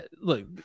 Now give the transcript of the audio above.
Look